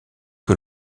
que